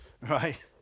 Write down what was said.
Right